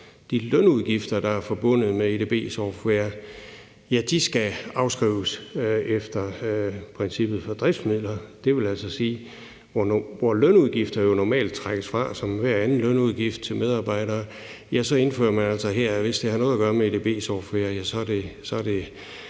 de lønudgifter, der er forbundet med edb-software, skal afskrives efter princippet for driftsmidler. Det vil altså sige, at hvor lønudgifter jo normalt trækkes fra som enhver anden lønudgift til medarbejdere, så indfører man altså her, at hvis det har noget at gøre med edb-software, er det